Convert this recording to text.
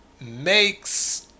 makes